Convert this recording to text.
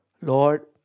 Lord